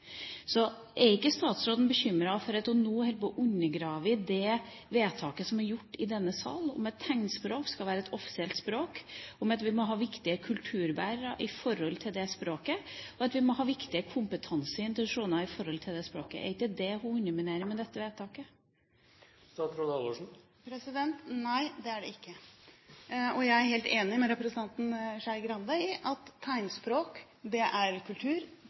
Så er ikke statsråden bekymret for at hun nå holder på å undergrave det vedtaket som er gjort i denne salen om at tegnspråket skal være et offisielt språk, og at vi må ha viktige kulturbærere for det språket, og at vi må ha viktige kompetanseintensjoner for det språket? Er det ikke dét hun underminerer med dette vedtaket? Nei, det er det ikke. Jeg er helt enig med representanten Skei Grande i at tegnspråk er kultur.